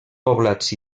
poblats